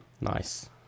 Nice